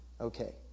Okay